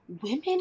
women